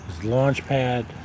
Launchpad